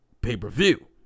pay-per-view